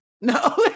no